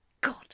God